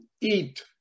eat